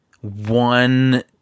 one